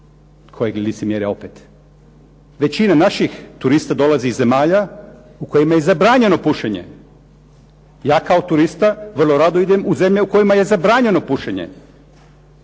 Kojeg li licemjerja opet. Većina naših turista dolazi iz zemalja u kojima je zabranjeno pušenje. Ja kao turista vrlo rado idem u zemlje u kojima je zabranjeno pušenje,